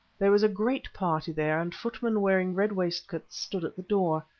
there was a great party there, and footmen wearing red waistcoats stood at the door.